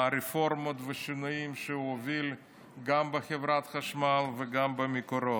וגם הרפורמות והשינויים שהוא הוביל גם בחברת החשמל וגם במקורות.